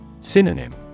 Synonym